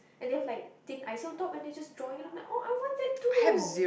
and they've like thin icing on top and they just drawing on them oh I'm like I want that too